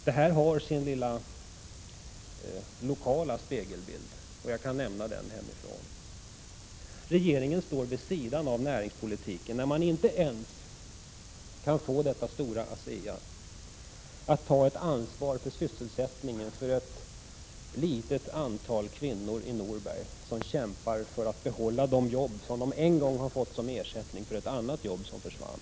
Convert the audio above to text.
Det här har sin lilla lokala spegelbild i mina hemtrakter. Regeringen står vid sidan av näringspolitiken när man inte ens kan få detta stora ASEA att ta ansvar för ett litet antal kvinnors sysselsättning i Norberg. De kämpar för att få behålla jobb som de en gång har fått som ersättning för andra jobb som försvann.